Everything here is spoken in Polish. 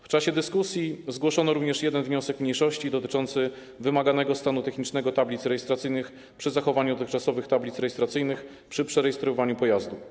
W czasie dyskusji zgłoszono również jeden wniosek mniejszości, dotyczący wymaganego stanu technicznego tablic rejestracyjnych przy zachowaniu dotychczasowych tablic rejestracji przy przerejestrowywaniu pojazdu.